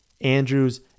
Andrews